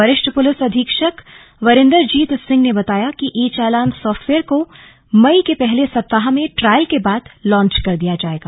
वरिष्ठ पुलिस अधीक्षक वरिंदरजीत सिंह ने बताया कि ई चालान सॉफ्टवेयर को मई के पहले सप्ताह में ट्रायल के बाद लॉन्च कर दिया जाएगा